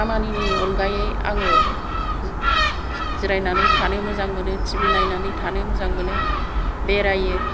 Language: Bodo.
खामानिनि अनगायै आङो जिरायनानै थानो मोजां मोनो टिबि नायनानै थानो मोजां मोनो बेरायो